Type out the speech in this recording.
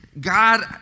God